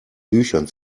büchern